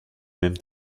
même